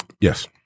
yes